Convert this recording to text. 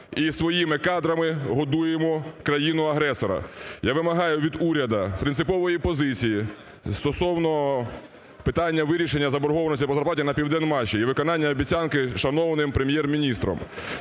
і своїми кадрами годуємо країну-агресора. Я вимагаю від уряду принципової позиції стосовно питання вирішення заборгованості по зарплаті на "Південмаші" і виконання обіцянки шановним Прем'єр-міністром.